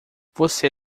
você